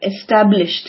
established